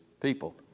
people